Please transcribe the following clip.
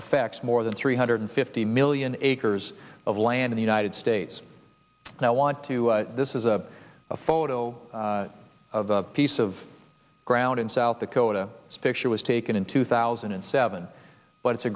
affects more than three hundred fifty million acres of land in the united states and i want to this is a photo of a piece of ground in south dakota picture was taken in two thousand and seven but it's a